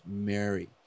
Mary